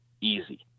easy